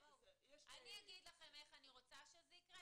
אני אגיד לכם איך אני רוצה שזה יקרה,